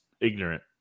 ignorant